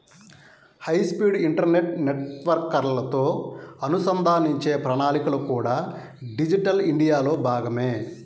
high speed internet నెట్వర్క్లతో అనుసంధానించే ప్రణాళికలు కూడా డిజిటల్ ఇండియాలో భాగమే